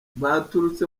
baturutse